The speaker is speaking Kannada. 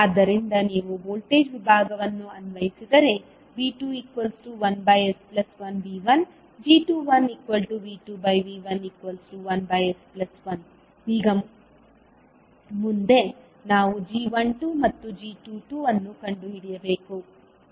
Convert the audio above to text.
ಆದ್ದರಿಂದ ನೀವು ವೋಲ್ಟೇಜ್ ವಿಭಾಗವನ್ನು ಅನ್ವಯಿಸಿದರೆ V21s1V1 g21V2V11s1 ಈಗ ಮುಂದೆ ನಾವು g12 ಮತ್ತು g22ಅನ್ನು ಕಂಡುಹಿಡಿಯಬೇಕು